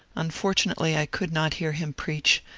unfortunately i could not hear him preach,